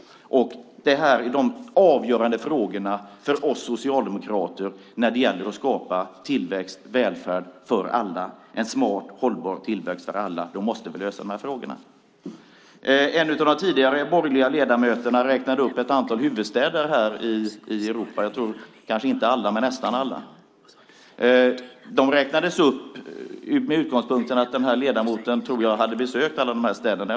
Detta är de avgörande frågorna för oss socialdemokrater när det gäller att skapa tillväxt och välfärd för alla. Om vi ska skapa en smart hållbar tillväxt för alla måste vi lösa dessa frågor. En av de borgerliga ledamöterna räknade upp ett antal huvudstäder i Europa. Det var kanske inte alla men nästan alla. Denna ledamot hade besökt alla dessa städer.